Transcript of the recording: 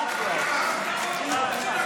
ולדימיר בליאק, קריאה ראשונה.